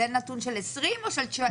האם זה נתון של 2020 או 2019?